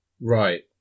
Right